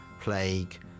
plague